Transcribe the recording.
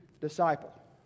disciple